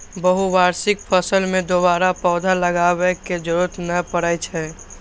बहुवार्षिक फसल मे दोबारा पौधा लगाबै के जरूरत नै पड़ै छै